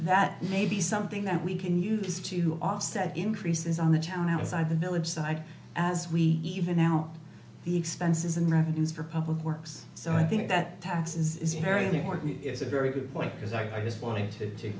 that maybe something that we can use to offset increases on the town outside the village side as we even out the expenses and revenues for public works so i think that tax is very important it's a very good point because i just wanted to